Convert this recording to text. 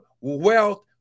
wealth